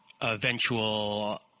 eventual